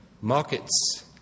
markets